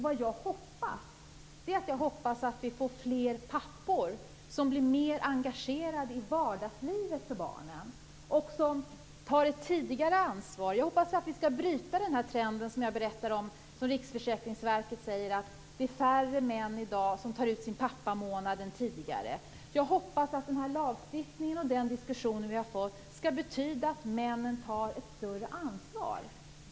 Det jag hoppas är att vi får fler pappor som blir mer engagerade i barnens vardagsliv och som tar ett tidigare ansvar. Jag hoppas att vi skall bryta den trend som jag berättade om, att Riksförsäkringsverket säger att det är färre män som tar ut sin pappamånad i dag än tidigare. Jag hoppas att den här lagstiftningen och den diskussion vi har fått skall betyda att männen tar ett större ansvar.